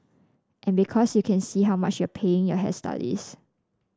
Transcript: and because you can see how much you're paying your hairstylist